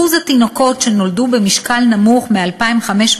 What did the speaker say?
אחוז התינוקות שנולדו במשקל נמוך מ-2,500